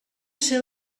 ser